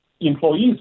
employees